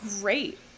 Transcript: great